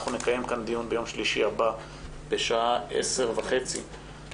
אנחנו מקיים כאן דיון ביום שלישי הבא בשעה 10:30 על